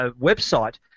website